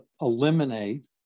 Eliminate